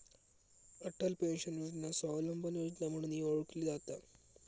Atal pension Yojana Swavalamban Yojana म्हणूनही ओळखली जाता